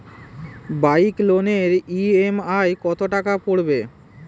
Bike লোনের EMI কত টাকা পড়বে?